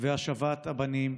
והשבת הבנים,